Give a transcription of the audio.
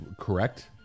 Correct